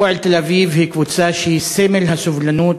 "הפועל תל-אביב" היא קבוצה שהיא סמל הסובלנות